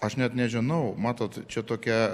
aš net nežinau matot čia tokia